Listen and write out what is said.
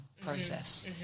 process